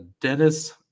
Dennis